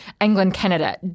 England-Canada